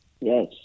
Yes